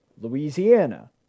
Louisiana